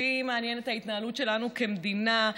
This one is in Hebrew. אותי מעניינת ההתנהלות שלנו כמדינה,